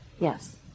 Yes